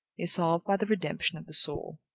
is solved by the redemption of the soul.